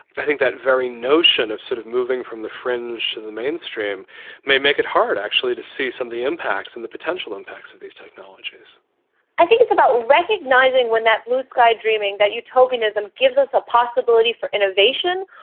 i think that very notion of sort of moving from the fringe to the mainstream may make it hard, actually, to see some of the impacts and the potential impacts of these technologies i think it's about recognising when that blue sky dreaming, that utopianism, gives us a possibility for innovation,